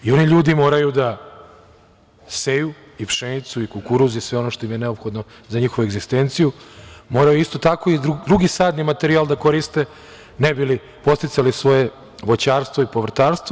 Oni ljudi moraju da seju pšenicu, kukuruz i sve ono što im je neophodno za njihovu egzistenciju, moraju isto tako i drugi sadni materijal da koriste ne bi li podsticali svoje voćarstvo i povrtarstvo.